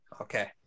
okay